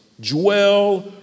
dwell